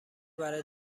برای